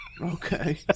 Okay